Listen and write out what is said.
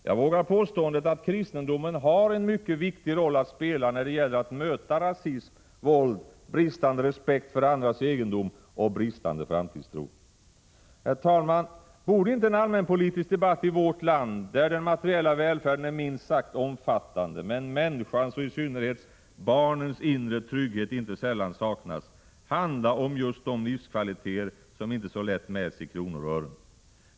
Jag vågar påstå att kristendomen har en mycket viktig roll att spela när det gäller att möta rasism, våld, bristande respekt för andras egendom och bristande framtidstro. Herr talman! Borde inte en allmänpolitisk debatt i vårt land, där den materiella välfärden är minst sagt omfattande men människans, och i synnerhet barnens, inre trygghet inte sällan saknas, handla om just de livskvaliteter som inte så lätt mäts i kronor och ören?